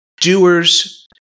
doers